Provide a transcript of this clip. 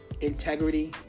integrity